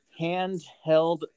handheld